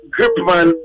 Gripman